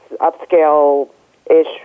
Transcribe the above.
upscale-ish